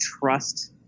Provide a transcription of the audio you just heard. trust